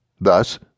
Thus